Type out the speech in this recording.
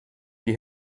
die